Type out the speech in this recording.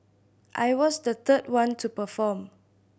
I was the third one to perform